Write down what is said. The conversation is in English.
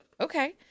Okay